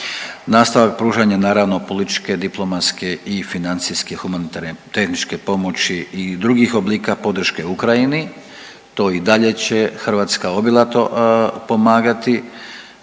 Nastavak pružanja naravno političke, diplomatske i financijske humanitarne, tehničke pomoći i drugih oblika podrške Ukrajini, to i dalje će Hrvatska obilato pomagati,